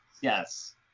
Yes